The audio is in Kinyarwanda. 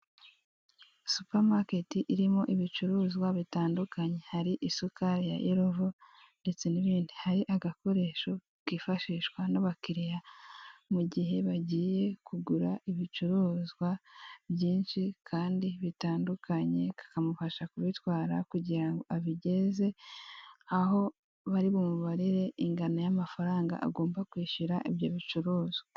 Supamaketi irimo ibicuruzwa bitandukanye hari isukari ya yirovo ndetse n'ibindi hari agakoresho kifashishwa n'abakiriya, mu gihe bagiye kugura ibicuruzwa byinshi kandi bitandukanye, kakamufasha kubitwara kugira ngo abigeze aho bari bumubabarire ingano y'amafaranga agomba kwishyura ibyo bicuruzwa.